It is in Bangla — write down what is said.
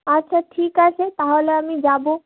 আচ্ছা ঠিক আছে তাহলে আমি যাবো